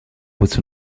but